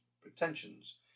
pretensions